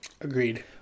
Agreed